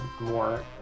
more